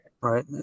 Right